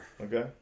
Okay